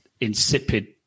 insipid